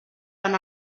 van